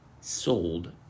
sold